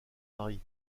mari